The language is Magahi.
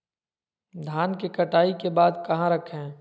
धान के कटाई के बाद कहा रखें?